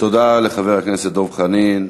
תודה לחבר הכנסת דב חנין.